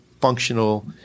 functional